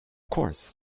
course